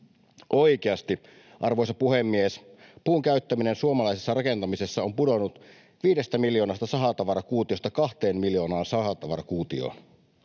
Oikeasti, arvoisa puhemies, puun käyttäminen suomalaisessa rakentamisessa on pudonnut viidestä miljoonasta sahatavarakuutiosta kahteen miljoonaan sahatavarakuutioon.